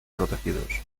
protegidos